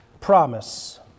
promise